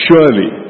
Surely